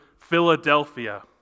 Philadelphia